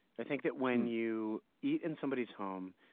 i think that when you eat in somebody's home,